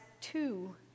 two